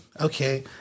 Okay